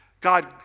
God